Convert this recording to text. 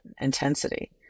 intensity